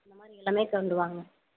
அந்தமாதிரி எல்லாமே கொண்டு வாங்க